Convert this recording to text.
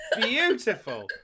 beautiful